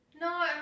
No